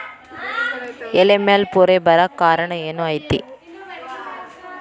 ಎಲೆ ಮ್ಯಾಲ್ ಪೊರೆ ಬರಾಕ್ ಕಾರಣ ಏನು ಐತಿ?